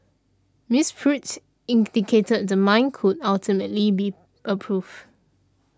Miss Pruitt indicated the mine could ultimately be approved